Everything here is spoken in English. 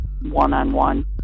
one-on-one